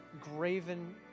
graven